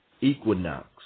equinox